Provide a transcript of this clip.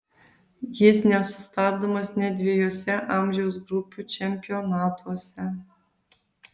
jis nesustabdomas net dviejuose amžiaus grupių čempionatuose